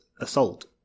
assault